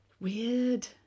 Weird